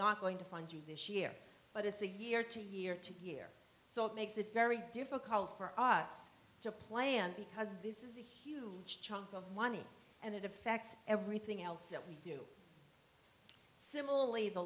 not going to fund this year but it's a year to year to year so it makes it very difficult for us to plan because this is a huge chunk of money and it affects everything else that we do similarly the